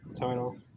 title